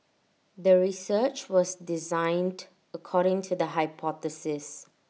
the research was designed according to the hypothesis